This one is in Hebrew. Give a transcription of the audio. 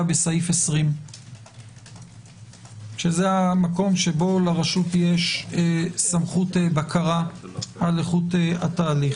בסעיף 20. זה המקום שבו לרשות יש סמכות בקרה על איכות התהליך.